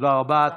תודה רבה.